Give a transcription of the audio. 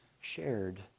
shared